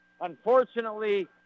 Unfortunately